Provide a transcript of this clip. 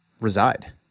reside